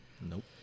Nope